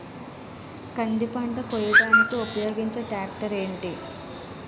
కంది పంట కోయడానికి ఉపయోగించే ట్రాక్టర్ ఏంటి?